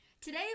Today